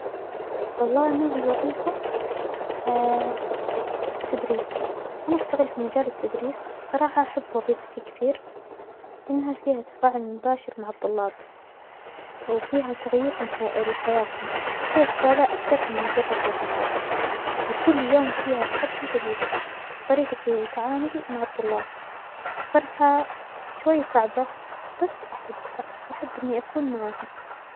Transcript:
والله نوع الوظيفة التدريس، أنا أشتغل في مجال التدريس بصراحة أحب وظيفتى كثير لأنها فيها تفاعل مباشر مع الطلاب، وفيها تغيير من حيا-لحياتهم، أحسها رسالة أكثر من مجرد وظيفة، وكل يوم فيها تحدى جديد بطريجتى وتعاملى مع الطلاب، الصراحة شوى صعبة بس أحبها و أحب إنى أكون معاهم.